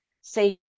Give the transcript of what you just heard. Say